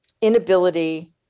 inability